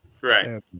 Right